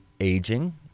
aging